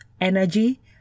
energy